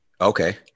Okay